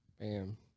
Bam